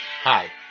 Hi